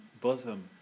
bosom